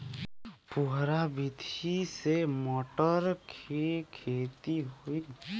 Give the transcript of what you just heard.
फुहरा विधि से मटर के खेती होई